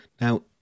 Now